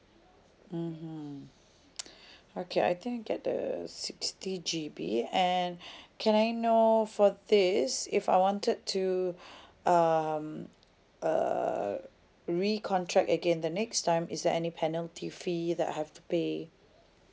mmhmm okay I think I get the the sixty G_B and can I know for this if I wanted to um uh recontract again the next time is there any penalty fee that I have to pay